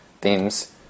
themes